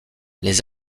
les